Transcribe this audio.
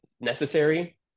necessary